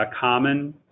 common